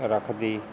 ਰੱਖਦੀ